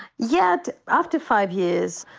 yet after five years,